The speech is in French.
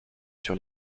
sur